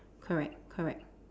correct correct